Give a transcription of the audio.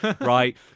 Right